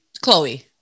Chloe